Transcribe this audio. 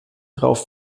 drauf